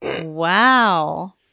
Wow